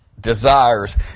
desires